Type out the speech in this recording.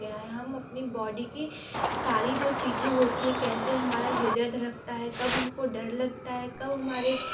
हम अपनी बॉडी की सारी जो चीज़ें होती हैं कैसे हमारा हृदय धड़कता है कब हमको डर लगता है कब हमारे